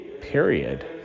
Period